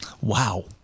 wow